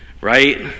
Right